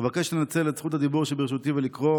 אבקש לנצל את זכות הדיבור שברשותי ולקרוא